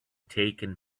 taken